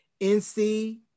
NC